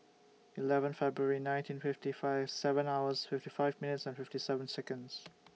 eleven February nineteen fifty five seven hours fifty five minutes and fifty seven Seconds